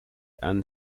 and